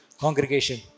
congregation